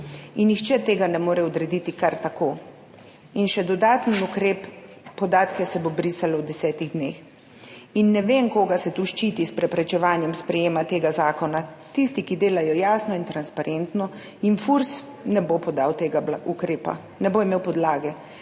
Nihče tega ne more odrediti kar tako. In še dodaten ukrep, podatke se bo brisalo v desetih dneh. Ne vem, koga se s preprečevanjem sprejetja tega zakona tu ščiti. Tistim, ki delajo jasno in transparentno, Furs ne bo podal tega ukrepa, ne bo imel podlage.